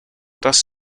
does